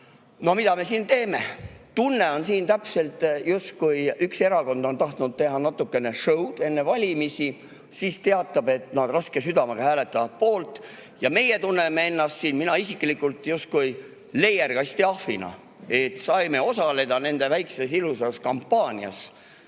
mida me siin teeme? Tunne on siin täpselt, justkui üks erakond on tahtnud teha natukeneshow'd enne valimisi, siis teatab, et nad raske südamega hääletavad poolt, ja meie tunneme ennast siin – mina isiklikult – justkui leierkasti ahvina, et saime osaleda nende väikses ilusas kampaanias.